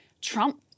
Trump